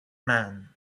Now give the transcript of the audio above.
man